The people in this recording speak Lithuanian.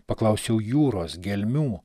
paklausiau jūros gelmių